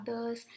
others